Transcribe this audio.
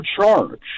charge